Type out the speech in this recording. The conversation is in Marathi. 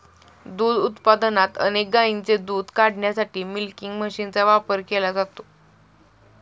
दूध उत्पादनात अनेक गायींचे दूध काढण्यासाठी मिल्किंग मशीनचा वापर केला जातो